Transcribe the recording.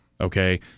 Okay